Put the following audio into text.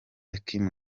kim